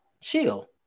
Chill